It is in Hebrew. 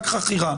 רק חכירה,